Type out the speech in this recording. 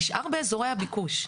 נשאר באזורי הביקוש.